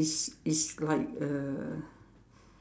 it's it's like uh